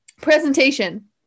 presentation